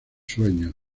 sueños